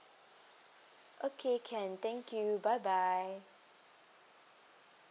okay can thank you bye bye